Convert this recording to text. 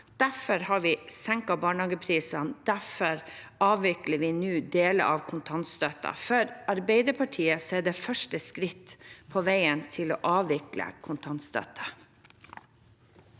Derfor har vi senket barnehageprisene, og derfor avvikler vi nå deler av kontantstøtten. For Arbeiderpartiet er det første skritt på veien til å avvikle kontantstøtten.